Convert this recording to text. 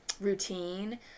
routine